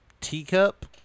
teacup